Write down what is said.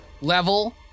level